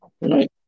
right